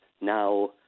now